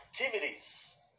activities